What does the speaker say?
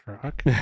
truck